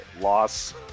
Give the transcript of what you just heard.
loss